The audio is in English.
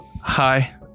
hi